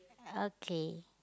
okay